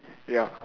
ya